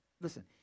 Listen